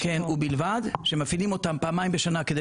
ובלבד שמפעילים אותן פעמיים בשנה כדי